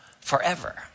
forever